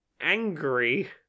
angry